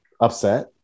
upset